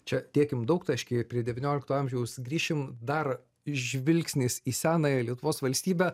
čia dėkim daugtaškį prie devyniolikto amžiaus grįšim dar žvilgsnis į senąją lietuvos valstybę